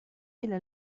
إلى